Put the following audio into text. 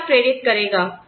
उन्हें क्या प्रेरित करेगा